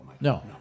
No